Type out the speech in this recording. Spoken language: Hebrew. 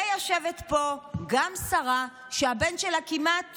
ויושבת פה גם שרה שהבן שלה כמעט